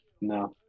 no